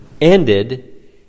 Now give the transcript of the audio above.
ended